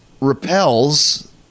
repels